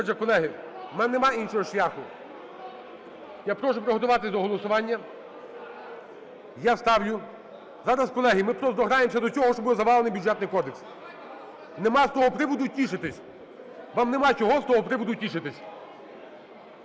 Отже, колеги, у мене немає іншого шляху. Я прошу приготуватись до голосування. Я ставлю… (Шум у залі) Зараз, колеги, ми просто дограємось до того, що буде завалений Бюджетний кодекс. Немає з того приводу тішиться. Вам нема чого з того приводу тішитись.